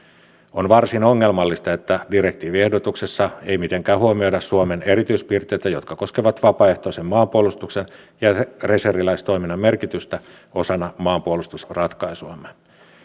on varsin ongelmallista että direktiiviehdotuksessa ei mitenkään huomioida suomen erityispiirteitä jotka koskevat vapaaehtoisen maanpuolustuksen ja reserviläistoiminnan merkitystä osana maanpuolustusratkaisuamme